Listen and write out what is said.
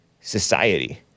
Society